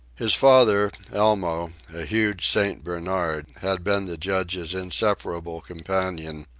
his father, elmo, a huge st. bernard, had been the judge's inseparable companion,